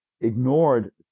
ignored